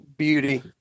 beauty